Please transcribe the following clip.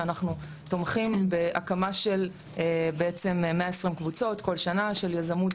שאנחנו תומכים בהקמה של בעצם 120 קבוצות כל שנה של יזמות.